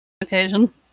occasion